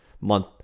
month